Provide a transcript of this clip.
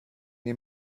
wir